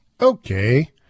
Okay